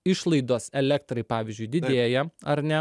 išlaidos elektrai pavyzdžiui didėja ar ne